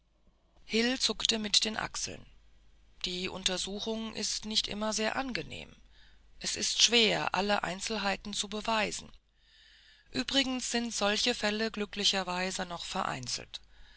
zuckte mit den achseln die untersuchung ist nicht immer sehr angenehm es ist schwer alle einzelheiten zu beweisen übrigens sind solche fälle glücklicherweise noch vereinzelt